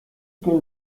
que